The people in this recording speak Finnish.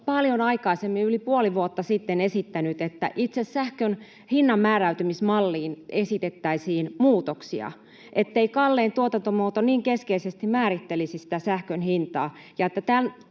paljon aikaisemmin, yli puoli vuotta sitten, esittänyt, että itse sähkön hinnan määräytymismalliin esitettäisiin muutoksia, ettei kallein tuotantomuoto niin keskeisesti määrittelisi sitä sähkön hintaa,